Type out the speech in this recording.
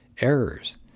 errors